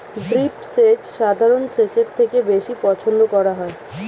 drip সেচ সাধারণ সেচের থেকে বেশি পছন্দ করা হয়